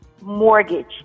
mortgage